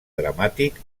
dramàtic